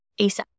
asap